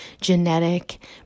genetic